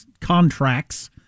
contracts